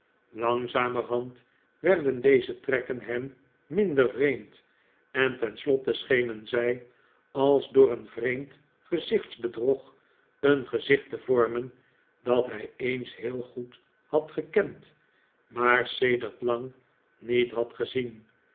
langzamerhand werden deze trekken hem minder vreemd en tenslotte schenen zij als door een vreemd gezichtsbedrog een gezicht te vormen dat hij eens heel goed had gekend maar sedert lang niet had gezien